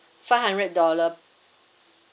five hundred dollar